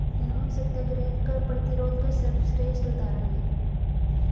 नमक सत्याग्रह कर प्रतिरोध का सर्वश्रेष्ठ उदाहरण है